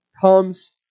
comes